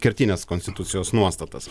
kertines konstitucijos nuostatas